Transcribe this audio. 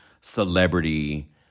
celebrity